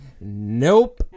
Nope